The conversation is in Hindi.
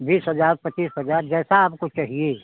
बीस हज़ार पच्चीस हज़ार जैसा आपको चाहिए